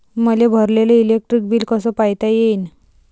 मले भरलेल electric bill कस पायता येईन?